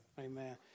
Amen